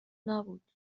نبود